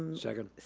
second.